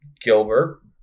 Gilbert